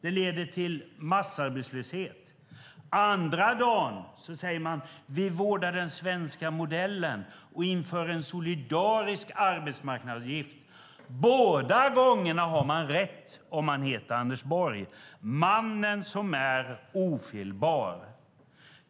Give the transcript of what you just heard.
Det leder till massarbetslöshet. Andra dagen säger man: Vi vårdar den svenska modellen och inför en solidarisk arbetsmarknadsavgift. Båda gångerna har man rätt om man heter Anders Borg, mannen som är ofelbar.